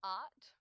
art